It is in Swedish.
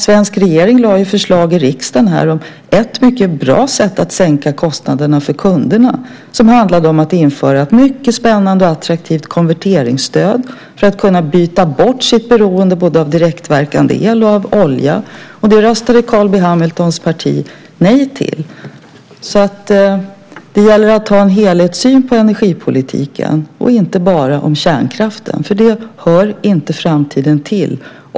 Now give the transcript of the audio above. Svenska regeringen har ju lagt fram förslag för riksdagen om ett mycket bra sätt att sänka kostnaderna för kunderna. Det handlade om att införa ett mycket spännande och attraktivt konverteringsstöd för att kunna byta bort sitt beroende både av direktverkande el och av olja. Det röstade Carl B Hamiltons parti nej till. Det gäller att ha en helhetssyn på energipolitiken - inte bara på kärnkraften som inte hör framtiden till.